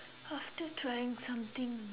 after trying something